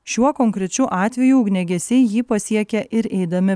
šiuo konkrečiu atveju ugniagesiai jį pasiekia ir eidami